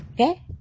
Okay